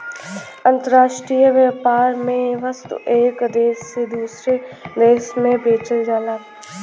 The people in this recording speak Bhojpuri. अंतराष्ट्रीय व्यापार में वस्तु एक देश से दूसरे देश में बेचल जाला